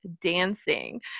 dancing